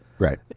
Right